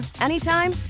anytime